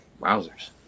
Wowzers